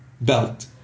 belt